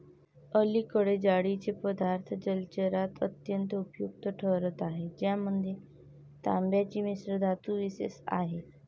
अलीकडे जाळीचे पदार्थ जलचरात अत्यंत उपयुक्त ठरत आहेत ज्यामध्ये तांब्याची मिश्रधातू विशेष आहे